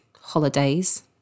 holidays